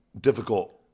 difficult